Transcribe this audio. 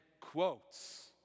quotes